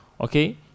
okay